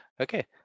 Okay